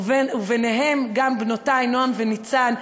וביניהם גם בנותי נועם וניצן,